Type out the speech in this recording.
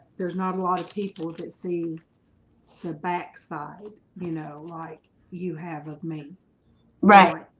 there's not a lot of people that see the backside, you know, like you have me right,